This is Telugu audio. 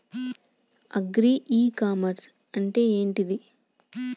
అగ్రి ఇ కామర్స్ అంటే ఏంటిది?